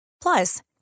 Plus